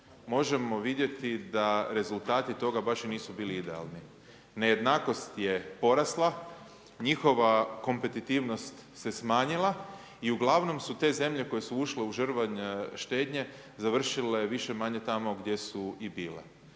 možemo vidjeti da rezultati toga baš i nisu bili idealni. Nejednakost je porasla, njihova kompetitivnost se smanjila i uglavnom su te zemlje koje su ušle u žrvanj štednje, završile više-manje tamo gdje su i bile.